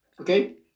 okay